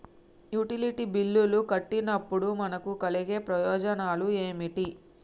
Utility బిల్లులు కట్టినప్పుడు మనకు కలిగే ప్రయోజనాలు ఏమిటి?